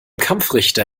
kampfrichter